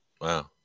Wow